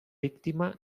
víctima